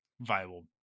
viable